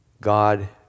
God